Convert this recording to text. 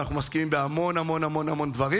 ואנחנו מסכימים בהמון המון דברים,